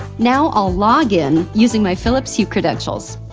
now, i'll log in using my philips hue credentials.